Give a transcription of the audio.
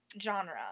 genre